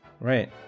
Right